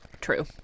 true